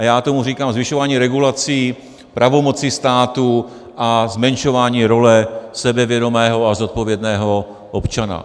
A já tomu říkám zvyšování regulací, pravomocí státu a zmenšování role sebevědomého a zodpovědného občana.